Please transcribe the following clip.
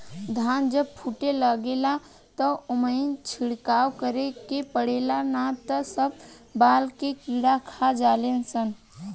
धान जब फूटे लागेला त ओइमे छिड़काव करे के पड़ेला ना त सब बाल के कीड़ा खा जाले सन